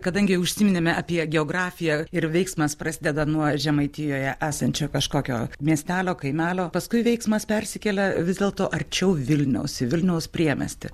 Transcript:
kadangi užsiminėme apie geografiją ir veiksmas prasideda nuo žemaitijoje esančio kažkokio miestelio kaimelio paskui veiksmas persikelia vis dėlto arčiau vilniaus į vilniaus priemiestį